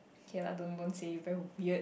okay lah don't don't say you very weird